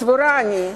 סבורה אני,